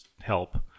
help